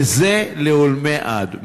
וזה לעולמי עד.